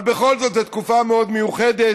אבל בכל זאת, זו תקופה מאוד מיוחדת.